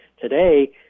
Today